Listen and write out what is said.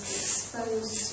exposed